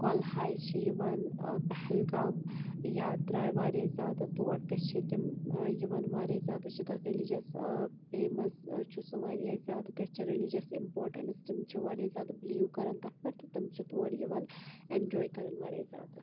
کۄلہاے چھِ یوان ٲں پہلگام یاتراے واریاہ زیادٕ تور تہِ چھِ تِم ٲں یوان واریاہ زیادٕ چھِ تتھ ریٚلِجیٚس ٲں فیمس چھُ سُہ واریاہ زیادٕ تتھ چھِ ریٚلِجیٚس امپارٹیٚنٕس تِم چھِ واریاہ زیادٕ بِلیٖو کران تتھ پٮ۪ٹھ تہٕ تِم چھِ تور یوان ایٚنجواے کران واریاہ زیادٕ